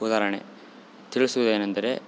ಉದಾಹರಣೆ ತಿಳಿಸುವುದೇನೆಂದರೆ